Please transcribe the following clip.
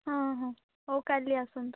ହଁ ହଁ ହଉ କାଲି ଆସନ୍ତୁ